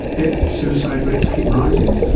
yet suicide rates keep rising.